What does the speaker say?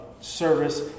Service